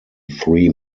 three